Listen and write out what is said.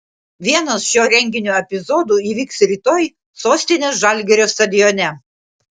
vienas šio renginio epizodų įvyks rytoj sostinės žalgirio stadione